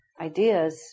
ideas